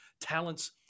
talents